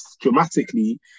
dramatically